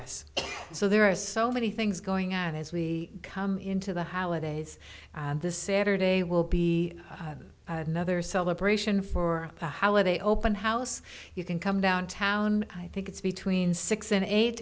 us so there are so many things going on as we come into the holidays this saturday will be another celebration for the holiday open house you can come downtown i think it's between six and eight